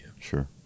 Sure